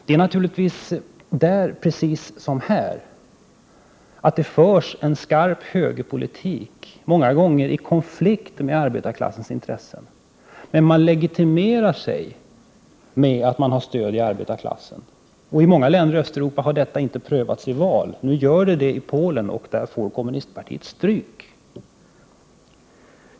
Det är naturligtvis där precis som här att det förs en skarp högerpolitik, många gånger i konflikt med arbetarklassens intressen, men man legitimerar sig med att man har stöd i arbetarklassen. I många länder i Östeuropa har detta inte prövats i val. Nu gör man det i Polen, och där får kommunistpartiet stryk.